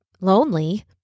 lonely